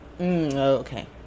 Okay